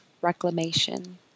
Reclamation